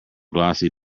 glossy